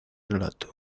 relato